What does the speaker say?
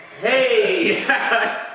hey